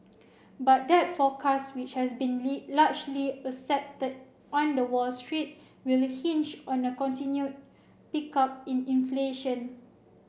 but that forecast which has been largely accepted on the Wall Street will hinge on a continued pickup in inflation